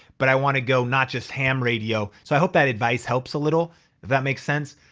but i wanna go not just ham radio. so i hope that advice helps a little, if that makes sense.